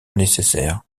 nécessaires